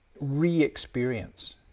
re-experience